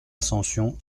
ascension